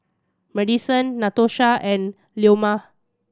Maddison Natosha and Leoma